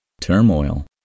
Turmoil